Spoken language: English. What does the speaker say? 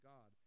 God